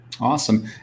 Awesome